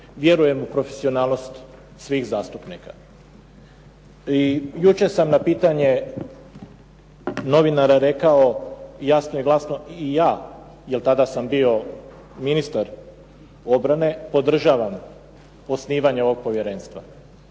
Vjerujem u profesionalnost svih zastupnika i jučer sam na pitanje novinara rekao jasno i glasno i ja, jer tada sam bio ministar obrane, podržavam osnivanje ovog povjerenstva.